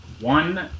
one